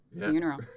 Funeral